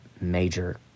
major